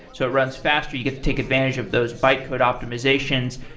so it runs faster. you get to take advantage of those bytecode optimizations.